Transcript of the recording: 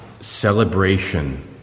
celebration